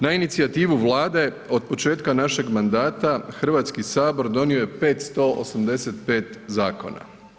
Na inicijativu Vlade od početka našeg mandata, Hrvatski sabor donio je 585 zakona.